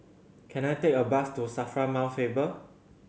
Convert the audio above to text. can I take a bus to SAFRA Mount Faber